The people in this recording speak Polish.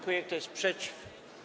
Kto jest przeciw?